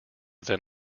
than